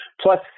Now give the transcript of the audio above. Plus